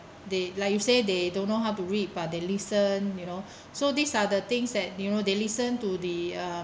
they like you say they don't know how to read but they listen you know so these are the things that you know they listen to the uh